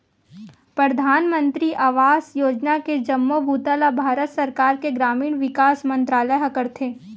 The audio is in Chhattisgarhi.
परधानमंतरी आवास योजना के जम्मो बूता ल भारत सरकार के ग्रामीण विकास मंतरालय ह करथे